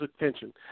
attention